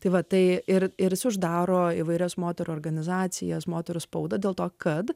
tai va tai ir ir uždaro įvairias moterų organizacijas moterų spaudą dėl to kad